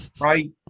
Right